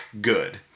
good